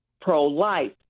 pro-life